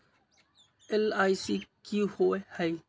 LIC की होअ हई?